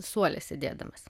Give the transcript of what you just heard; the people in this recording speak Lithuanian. suole sėdėdamas